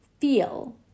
feel